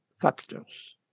factors